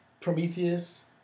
Prometheus